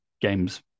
games